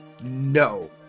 no